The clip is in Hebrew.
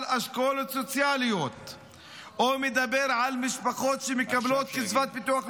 אשכולות סוציאליים או מדבר על משפחות שמקבלות קצבת ביטוח לאומי,